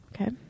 Okay